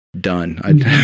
done